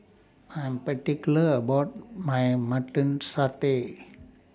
I Am particular about My Mutton Satay